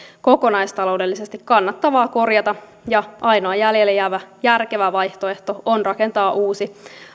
kokonaistaloudellisesti kannattavaa korjata ja ainoa jäljelle jäävä järkevä vaihtoehto on rakentaa uusi